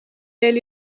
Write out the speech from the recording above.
veel